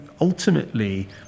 ultimately